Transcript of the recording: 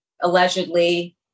allegedly